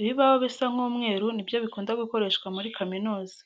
Ibibaho bisa nk'umweru ni byo bikunda gukoreshwa muri kaminuza.